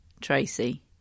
Tracy